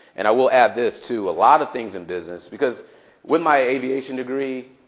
and i will add this, too. a lot of things in business, because with my aviation degree,